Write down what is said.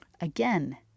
Again